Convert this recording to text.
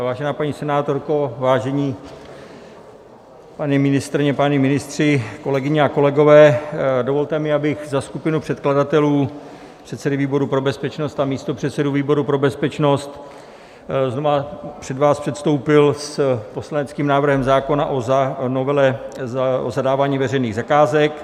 Vážená paní senátorko, vážená paní ministryně, páni ministři, kolegyně a kolegové, dovolte mi, abych za skupinu předkladatelů, předsedy výboru pro bezpečnost a místopředsedu výboru pro bezpečnost znovu před vás předstoupil s poslaneckým návrhem zákona o novele zadávání veřejných zakázek.